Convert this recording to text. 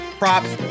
props